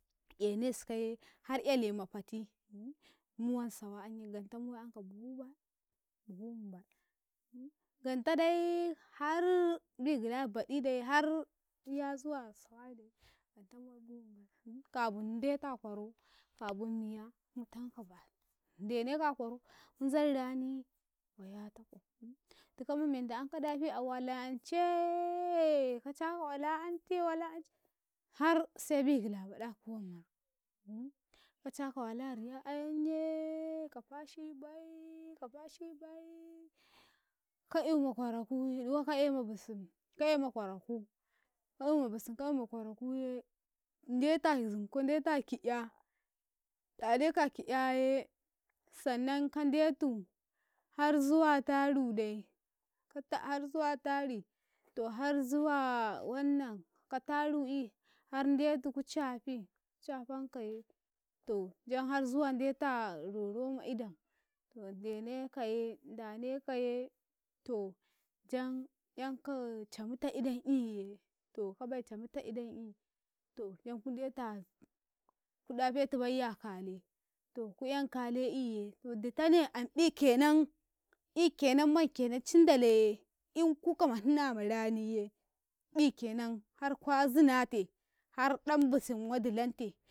Enesikaye har ele ma fati muwan sawa anye genta muwe anka buhu baɗu, buhu himbaɗ gantadai har bigila ƃaɗi dai iya zuwa sawade kabin de ta kwaro kabun miya mu tanka baɗndeneka a kwaro munzan rani wayatako duka ma mendo amm ka dafi a wala anceee ka kuwan marko ku caka wala a riya yan yee ka fashibai ka fashibai ka euma kwaraku yiɗ ka e ma busum ka ema kwarakuye, ka ema busum ka ema kwarakuye ndetuya zunkun ndetu a ki'ya, 'yaneka a ki'yaye, sannan kandetu har zuwa taru dai kata har zuwa tari to har zuwa ayam ka taru i har ndetuku cafi ku cafantakaye to jan har zuwan ndetu roro ma idan to ndenekaye, ndene kaye to jan 'yanka cami ta idan iyee ka bai camita idan iyee to yan ku adetu a ku ɗafetu baiyi a kale to ku 'yan kale iyee to ditane amƃi kenan kenam man cindalaye in kuka ma hinna ma raniye ƃikenan harkwa zinate har ɗan busum wadi lante.